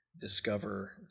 discover